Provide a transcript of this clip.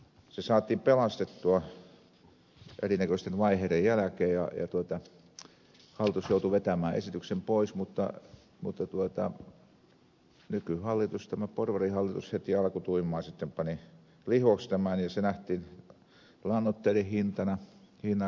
se saatiin pelastettua erinäköisten vaiheiden jälkeen ja hallitus joutui vetämään esityksen pois mutta nykyhallitus tämä porvarihallitus heti alkutuimaan pani lihoiksi tämän ja se nähtiin lannoitteiden hintojen korkeutena